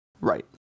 right